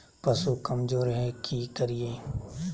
पशु कमज़ोर है कि करिये?